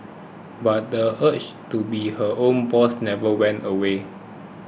but the urge to be her own boss never went away